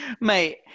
Mate